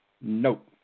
Nope